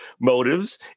motives